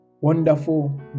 Wonderful